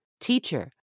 Teacher